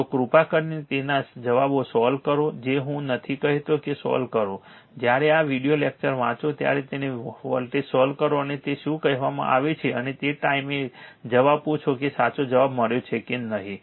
તો કૃપા કરીને તેના જવાબો સોલ્વ કરો જે હું નથી કહેતો તે સોલ્વ કરો જ્યારે આ વિડિયો લેક્ચર વાંચો ત્યારે તેને સોલ્વ કરો અને તે શું કહેવામાં આવે છે અને તે ટાઈમે જવાબ પૂછો કે સાચો જવાબ મળ્યો છે કે નહીં